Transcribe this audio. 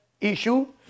issue